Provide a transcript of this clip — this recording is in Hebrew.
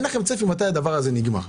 אין לכם צפי מתי זה נגמר.